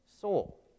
soul